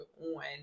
on